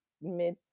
mid